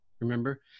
Remember